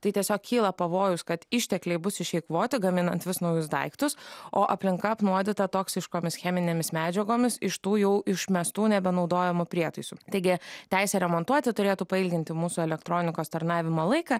tai tiesiog kyla pavojus kad ištekliai bus išeikvoti gaminant vis naujus daiktus o aplinka apnuodyta toksiškomis cheminėmis medžiagomis iš tų jau išmestų nebenaudojamų prietaisų taigi teisė remontuoti turėtų pailginti mūsų elektronikos tarnavimo laiką